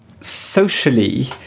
socially